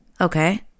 Okay